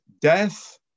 death